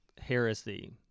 heresy